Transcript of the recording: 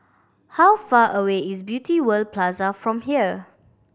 how far away is Beauty World Plaza from here